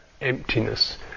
emptiness